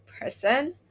person